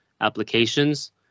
applications